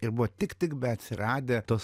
ir buvo tik tik beatsiradę tos